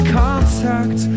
contact